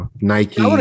nike